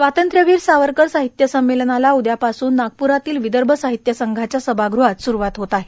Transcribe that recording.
स्वातंत्र्यवीर सावरकर साहित्य संमेलनाला उद्यापासून नागपुरातील विदर्म साहित्य संघाच्या सभागृहात सुरस्वात होत आहे